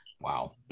wow